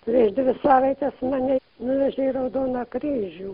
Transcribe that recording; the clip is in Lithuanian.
prieš savaites mane nuvežė į raudoną kryžių